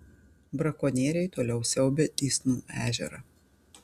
brakonieriai toliau siaubia dysnų ežerą